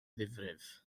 ddifrif